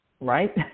right